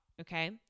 Okay